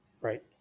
Right